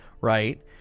Right